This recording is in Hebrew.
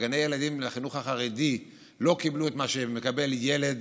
גני הילדים בחינוך החרדי לא קיבלו את מה שמקבל ילד